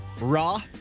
Raw